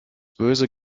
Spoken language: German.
böse